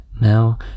now